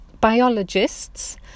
biologists